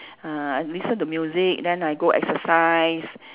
uh I listen to music then I go exercise